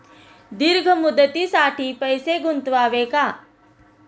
दीर्घ मुदतीसाठी पैसे गुंतवावे का?